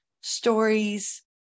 stories